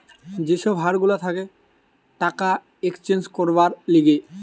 যে সব হার গুলা থাকে টাকা এক্সচেঞ্জ করবার লিগে